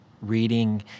reading